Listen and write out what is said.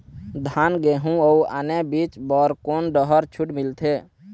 धान गेहूं अऊ आने बीज बर कोन डहर छूट मिलथे?